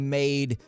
made